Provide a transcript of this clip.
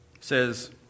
says